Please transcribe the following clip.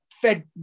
fed